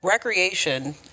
Recreation